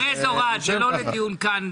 זה לא לדיון כאן.